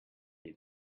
did